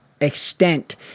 extent